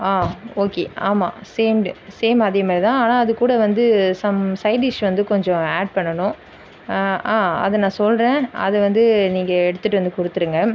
ஆ okay ஆமாம் same day same அதே மாதிரி தான் ஆனால் அது கூட வந்து சம் சைடிஷ் வந்து கொஞ்சம் ஆட் பண்ணனும் அதை நான் சொல்றேன் அதை வந்து நீங்கள் எடுத்துகிட்டு வந்து கொடுத்துடுங்க